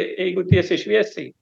jeigu tiesiai šviesiai